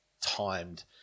timed